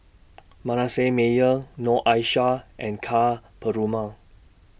Manasseh Meyer Noor Aishah and Ka Perumal